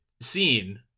scene